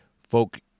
folk